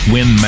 Win